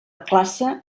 classe